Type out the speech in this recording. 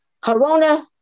Corona